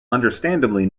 understandably